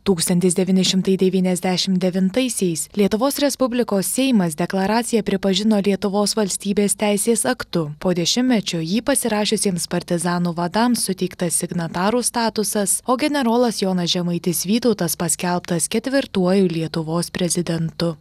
tūkstantis devyni šimtai devyniasdešimt devintaisiais lietuvos respublikos seimas deklaraciją pripažino lietuvos valstybės teisės aktu po dešimtmečio jį pasirašiusiems partizanų vadams suteiktas signatarų statusas o generolas jonas žemaitis vytautas paskelbtas ketvirtuoju lietuvos prezidentu